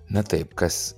na taip kas